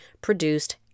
produced